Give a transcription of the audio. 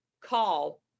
call